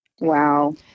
Wow